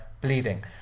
bleeding